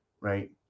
right